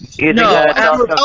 No